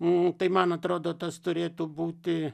nu tai man atrodo tas turėtų būti